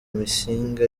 musingi